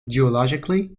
geologically